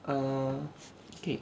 err okay